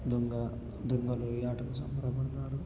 దొంగ దొంగలు ఈ ఆటలు సంబరపడతారు